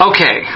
Okay